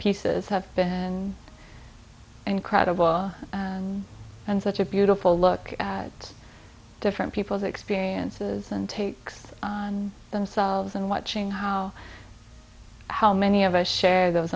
pieces have been incredible and such a beautiful look at different people's experiences and takes on themselves and watching how how many of us share those